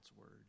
word